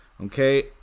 okay